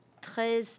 très